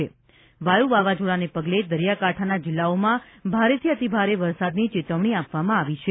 વાયુ વાવાઝોડાને પગલે દરિયાકાંઠાના જિલ્લાઓમાં ભારેથી અતિભારે વરસાદની ચેતવગ્ની આપવામાં આવી છે